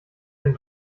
dem